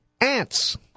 ants